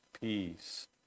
Peace